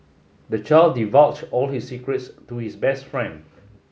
the child divulged all his secrets to his best friend